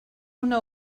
una